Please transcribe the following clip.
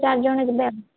ଚାରିଜଣ ଯିବେ ଆଉ